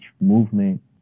movement